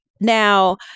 now